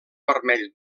vermell